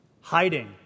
hiding